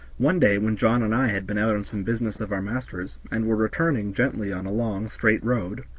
one day when john and i had been out on some business of our master's, and were returning gently on a long, straight road,